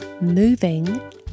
moving